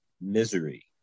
misery